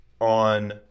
on